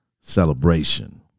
celebration